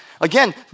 Again